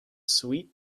sweet